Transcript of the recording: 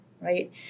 right